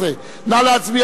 11). נא להצביע.